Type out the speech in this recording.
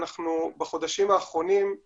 בחודשים האחרונים אנחנו